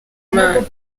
imana